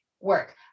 work